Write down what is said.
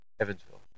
Evansville